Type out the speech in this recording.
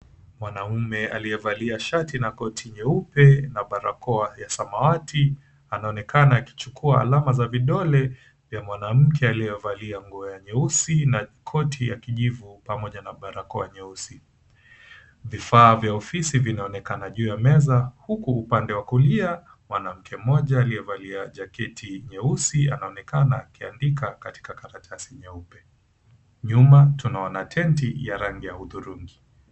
Mwanaume aliyevalia shati na koti nyeupe na barakoa ya samawati, anaonekana akichukua alama za vidole vya mwanamke aliyevalia nguo ya nyeusi na koti ya kijivu, pamoja na barakoa nyeusi. Vifaa vya ofisi vinaonekana juu ya meza, huku upande wa kulia, mwanamke mmoja aliyevalia jaketi nyeusi, anaonekana akiandika katika karatasi nyeupe. Nyuma tunaona tenti ya rangi ya hudhurungi.